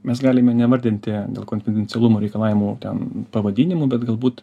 mes galime nevardinti dėl konfidencialumo reikalavimų ten pavadinimų bet galbūt